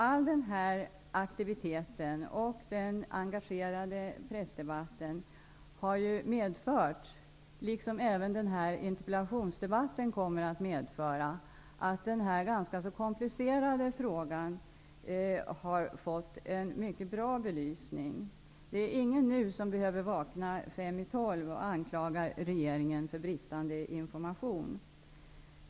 Alla dessa aktiviteter och den engagerade pressdebatten har medfört -- och det kommer även den här interpellationsdebatten att göra -- att denna ganska så komplicerade fråga fått en mycket bra belysning. Nu behöver ingen vakna fem i tolv och anklaga regeringen för bristande information.